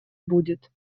будет